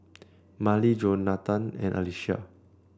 Marlie Jonatan and Alicia